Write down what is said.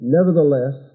Nevertheless